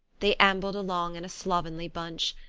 they ambled along in a slovenly bunch.